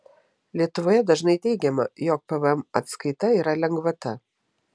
lietuvoje dažnai teigiama jog pvm atskaita yra lengvata